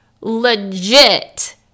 legit